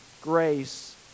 grace